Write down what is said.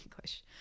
English